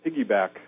piggyback